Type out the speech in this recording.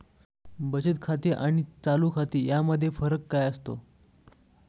बचत खाते आणि चालू खाते यामध्ये फरक काय असतो?